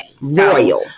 Royal